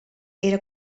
era